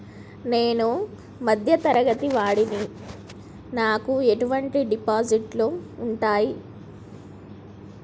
నేను మధ్య తరగతి వాడిని నాకు ఎటువంటి డిపాజిట్లు ఉంటయ్?